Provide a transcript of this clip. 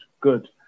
good